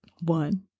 One